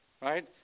right